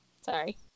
Sorry